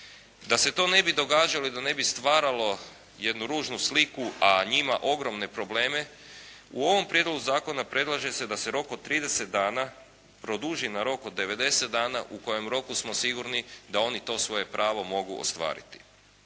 Da se to ne bi događalo i da ne bi stvaralo jednu ružnu sliku, a njima ogromne problema u ovom prijedlogu zakona predlaže se da se rok od 30 dana produži na rok od 90 dana u kojem roku smo sigurni da oni to svoje pravo mogu ostvariti.